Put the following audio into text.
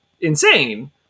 insane